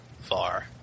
far